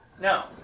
no